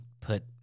put